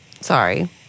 Sorry